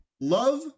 Love